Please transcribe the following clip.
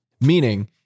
Meaning